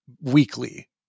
weekly